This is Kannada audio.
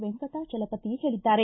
ವೆಂಕಟಾಚಲಪತಿ ಹೇಳಿದ್ದಾರೆ